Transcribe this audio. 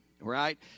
right